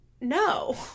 no